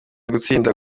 gutsindira